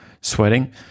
sweating